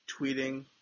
tweeting